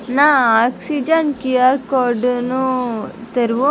నా oxygen QR కోడ్ను తెరువు